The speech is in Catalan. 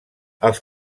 els